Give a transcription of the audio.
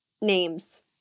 names